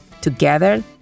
Together